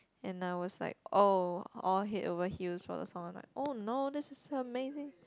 and I was like oh all head over heels for the song was like oh no this is her amazing